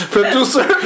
Producer